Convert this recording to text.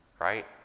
right